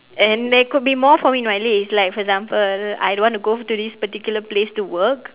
and there could be more for me in my days like for example I don't want to go to this particular place to work